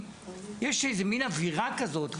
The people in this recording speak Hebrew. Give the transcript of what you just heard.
יש איזה מין אווירה כזאת,